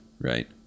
right